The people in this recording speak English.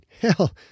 hell